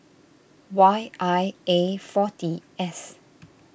Y I A forty S